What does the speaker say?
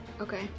Okay